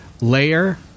layer